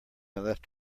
left